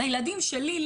לילדים שלי,